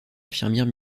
infirmière